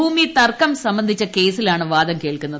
ഭൂമി തർക്കം സംബന്ധിച്ചു കേസിലാണ് വാദം കേൾക്കുന്നത്